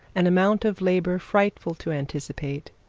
an amount of labour frightful to anticipate,